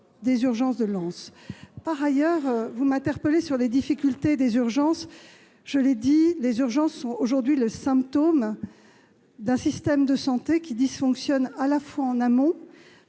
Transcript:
Vous m'interpellez par ailleurs plus généralement sur les difficultés des urgences. Je l'ai dit, ces services sont aujourd'hui le symptôme d'un système de santé qui dysfonctionne à la fois en amont,